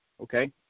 okay